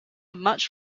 much